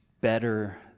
better